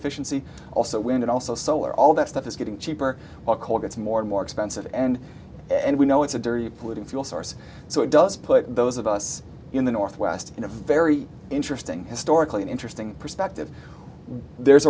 efficiency also wind and also solar all that stuff is getting cheaper while coal gets more and more expensive and and we know it's a dirty polluting fuel source so it does put those of us in the northwest in a very interesting historically an interesting perspective there's